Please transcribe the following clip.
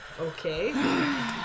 Okay